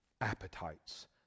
appetites